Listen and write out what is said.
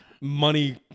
money